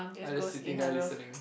I just sitting there listening